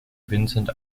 vincent